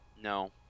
No